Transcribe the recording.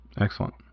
Excellent